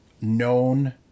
known